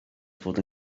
fod